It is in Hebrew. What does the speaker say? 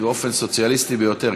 באופן סוציאליסטי ביותר.